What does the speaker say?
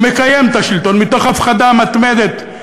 ומקיים את השלטון מתוך הפחדה מתמדת,